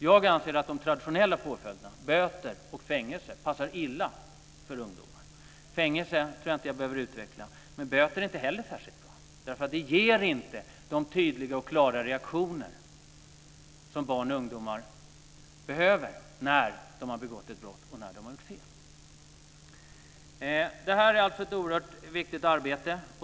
Jag anser att de traditionella påföljderna, böter och fängelse, passar illa för ungdomar. Varför inte fängelse är olämpligt tror jag inte att jag behöver utveckla, men böter är inte heller särskilt bra. Det ger inte de tydliga och klara reaktioner som barn och ungdomar behöver när de har begått ett brott och när de har gjort fel. Det här är alltså ett oerhört viktigt arbete.